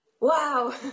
Wow